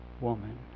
woman